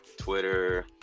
Twitter